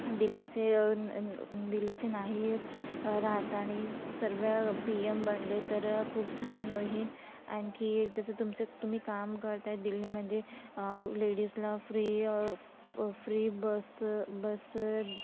दिल्लीचे दिल्लीचे नाही राहता आणि सर्व पी एम बनले तर खूप छान होईल आणखी जसं तुमचं तुम्ही काम करत आहे दिल्लीमध्ये लेडीजला फ्री फ्री बस बस